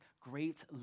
great